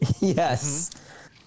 Yes